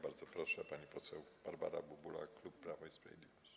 Bardzo proszę, pani poseł Barbara Bubula, klub Prawo i Sprawiedliwość.